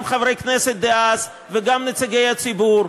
גם חברי כנסת דאז וגם נציגי הציבור.